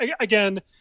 again